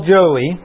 Joey